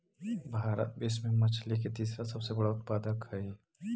भारत विश्व में मछली के तीसरा सबसे बड़ा उत्पादक हई